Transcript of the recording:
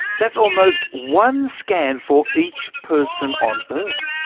that's almost one scan for each person on earth!